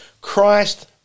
Christ